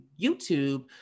YouTube